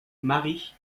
marie